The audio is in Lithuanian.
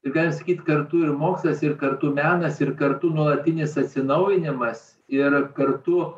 priverskit kartu ir mokslas ir kartu menas ir kartu nuolatinis atsinaujinimas ir kartu